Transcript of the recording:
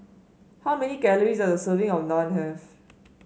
how many calories does a serving of Naan have